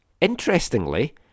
interestingly